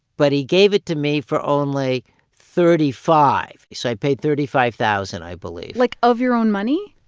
but he gave it to me for only thirty five. so i paid thirty five thousand, i believe like, of your own money?